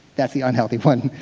that's the unhealthy one,